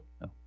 No